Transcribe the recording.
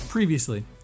Previously